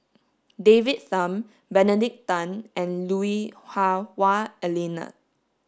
David Tham Benedict Tan and Lui Hah Wah Elena